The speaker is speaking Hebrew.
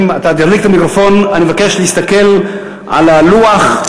אני מבקש להסתכל על הלוח.